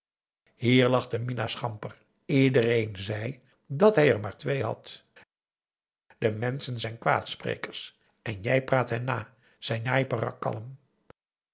minah schamper iedereen zei dat hij er maar twee had de menschen zijn kwaadsprekers en jij praat hen na zei njai peraq